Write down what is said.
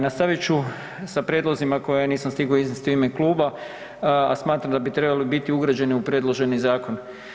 Nastavit ću sa prijedlozima koje nisam stigao iznesti u ime kluba, a smatram da bi trebali biti ugrađeni u predloženi zakon.